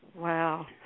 Wow